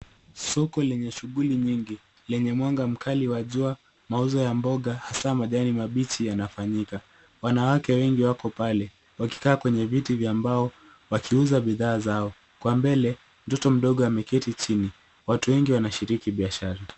Soko lenye shughuli nyingi, lenye mwanga mkali wa jua. Mauzo ya mboga hasa majani mabichi yanafanyika. Wanawake wengi wako pale. Wakikaa kwenye viti vya mbao, wakiuza bidhaa zao. Kwa mbele, mtoto mdogo ameketi chini. Watu wengi wanashiriki biashara.